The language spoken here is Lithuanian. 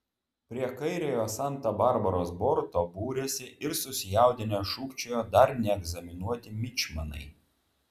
prie kairiojo santa barbaros borto būrėsi ir susijaudinę šūkčiojo dar neegzaminuoti mičmanai